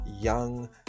young